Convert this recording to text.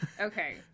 Okay